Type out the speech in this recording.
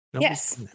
yes